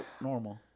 normal